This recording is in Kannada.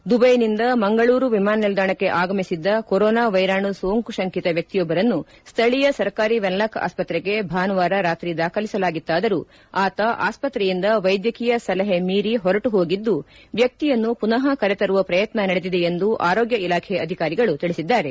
ದುಟೈನಿಂದ ಮಂಗಳೂರು ವಿಮಾನ ನಿಲ್ದಾಣಕ್ಕೆ ಆಗಮಿಸಿದ್ದ ಕೊರೊನಾ ವೈರಾಣು ಸೋಂಕು ಶಂಕಿತ ವ್ಯಕ್ತಿಯೊಬ್ಬರನ್ನು ಸ್ವಳೀಯ ಸರ್ಕಾರಿ ವೆನ್ಲಾಕ್ ಆಸ್ವತ್ತೆಗೆ ಭಾನುವಾರ ರಾತ್ರಿ ದಾಖಲಿಸಲಾಗಿತ್ತಾದರೂ ಆತ ಆಸ್ವತ್ತೆಯಿಂದ ವೈದ್ಯಕೀಯ ಸಲಹೆ ಮೀರಿ ಹೊರಟುಹೋಗಿದ್ದು ವ್ವಕ್ತಿಯನ್ನು ಪುನಃ ಕರೆತರುವ ಪ್ರಯತ್ನ ನಡೆದಿದೆ ಎಂದು ಆರೋಗ್ಯ ಇಲಾಖೆ ಅಧಿಕಾರಿಗಳು ತಿಳಿಸಿದ್ದಾರೆ